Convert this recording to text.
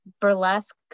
burlesque